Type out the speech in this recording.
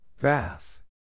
Bath